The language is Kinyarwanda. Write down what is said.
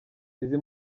izi